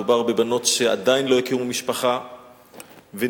מדובר בבנות שעדיין לא הקימו משפחה ונפגעו,